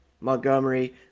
Montgomery